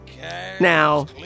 Now